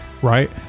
right